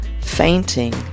fainting